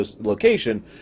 location